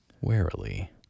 Warily